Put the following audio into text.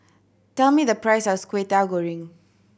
tell me the price of Kwetiau Goreng